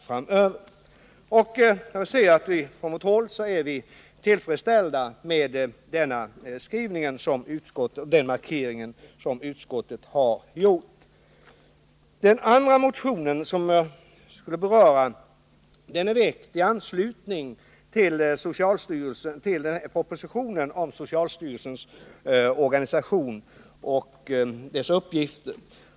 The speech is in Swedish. På vårt håll är vi tillfredsställda med den skrivning och den markering som utskottet har gjort. Den andra motionen som jag vill beröra väcktes i anslutning till propositionen om socialstyrelsens organisation och dess uppgifter.